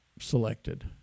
selected